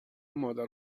مادر